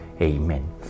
Amen